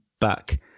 back